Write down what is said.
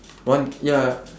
one ya